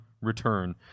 return